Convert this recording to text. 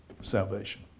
salvation